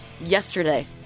yesterday